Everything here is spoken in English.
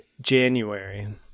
January